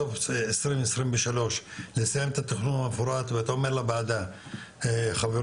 סוף 2023 לסיים את התכנון המפורט ואתה אומר לוועדה חברים.